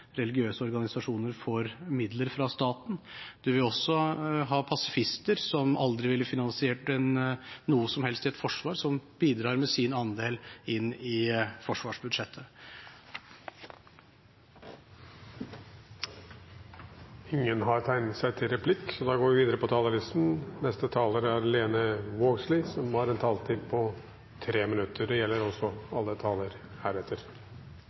religiøse organisasjoner får midler fra staten. Det vil også være pasifister som aldri ville finansiert noe som helst i et forsvar, som bidrar med sin andel inn i forsvarsbudsjettet. De talere som heretter får ordet, har en taletid på inntil 3 minutter. Eg vil også takke saksordføraren for eit godt arbeid. Eg trur også at LNU fint greier å handtere dette på